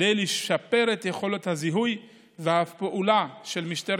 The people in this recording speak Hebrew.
כדי לשפר את יכולת הזיהוי ואף הפעולה של משטרת